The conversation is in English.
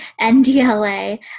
NDLA